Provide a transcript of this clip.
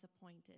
appointed